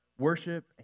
worship